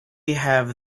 have